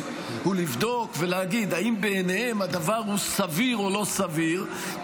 הוא לבדוק ולהגיד אם בעיניהם הדבר הוא סביר או לא סביר,